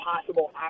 possible